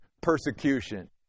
persecution